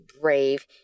brave